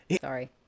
Sorry